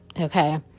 Okay